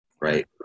Right